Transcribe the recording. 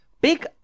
Big